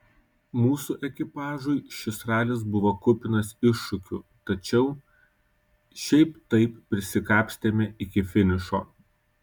mūsų ekipažui šis ralis buvo kupinas iššūkių tačiau šiaip taip prisikapstėme iki finišo